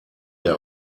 der